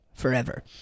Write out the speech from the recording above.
forever